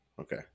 Okay